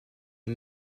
est